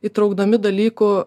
įtraukdami dalykų